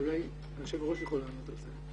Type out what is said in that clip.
אולי היושב-ראש יכול לענות על זה.